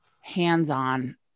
hands-on